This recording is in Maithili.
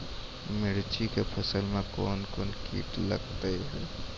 मिर्ची के फसल मे कौन कौन कीट लगते हैं?